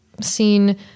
seen